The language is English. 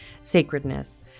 sacredness